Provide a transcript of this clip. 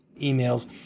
emails